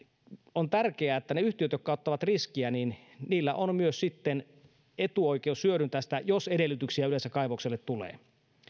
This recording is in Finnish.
on tärkeää että niillä yhtiöillä jotka ottavat riskiä on sitten myös etuoikeus hyödyntää sitä jos yleensä edellytyksiä kaivokselle tulee